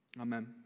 Amen